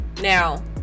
now